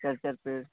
चार चार पेड़